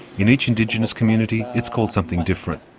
in each indigenous community it's called something different.